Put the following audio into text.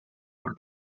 por